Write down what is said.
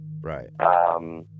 right